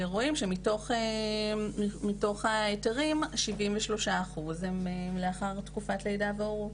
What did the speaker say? רואים שמתוך ההיתרים כ-73% הן נשים לאחר תקופת לידה והורות.